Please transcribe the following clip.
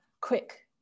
quick